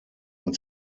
uns